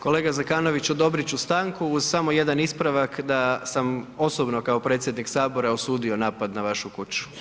Kolega Zekanović odobrit ću stanku uz samo jedan ispravak da sam osobno kao predsjednik sabora osudio napad na vašu kuću.